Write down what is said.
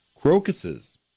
Crocuses